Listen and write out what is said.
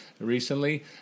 recently